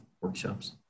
workshops